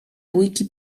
bójki